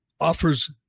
offers